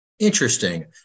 Interesting